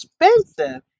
expensive